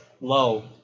low